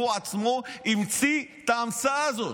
הוא עצמו המציא את ההמצאה הזאת.